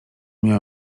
miała